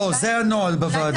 לא, זה הנוהל בוועדה.